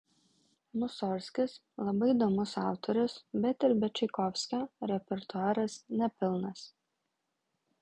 musorgskis labai įdomus autorius bet ir be čaikovskio repertuaras nepilnas